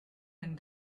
and